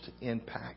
impact